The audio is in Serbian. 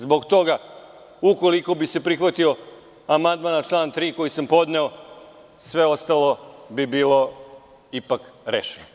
Zbog toga, ukoliko bi se prihvatio amandman na član 3. koji sam podneo, sve ostalo bi bilo ipak rešeno.